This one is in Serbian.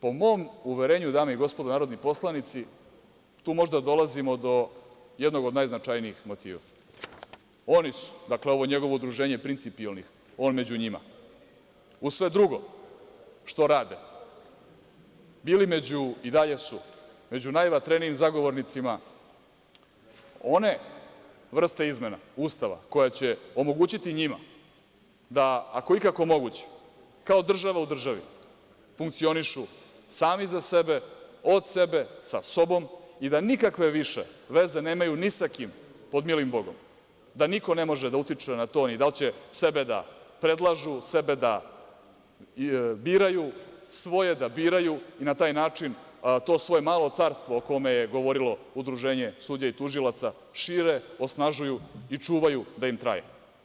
Po mom uverenju, dame i gospodo narodni poslanici, tu možda dolazimo do jednog od najznačajnijih motiva, oni su, dakle, ovo njegovo udruženje principijelnih, on među njima, uz sve drugo što rade, bili među, i dalje su, najvatrenijim zagovornicima one vrste izmene Ustava koja će omogućiti njima da ako je ikako moguće, kao država u državi, funkcionišu sami za sebe, od sebe, sa sobom i da nikakve više veze nemaju ni sa kim pod milim Bogom, da niko ne može da utiče na to ni da li će sebe da predlažu, sebe da biraju, svoje da biraju i na taj način to svoje malo carstvo, o kome je govorili Udruženje sudija i tužilaca, šire, osnažuju i čuvaju da im traje.